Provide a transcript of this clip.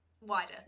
wider